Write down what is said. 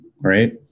right